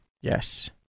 Yes